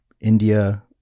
india